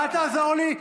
אל תעזור לי.